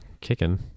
kicking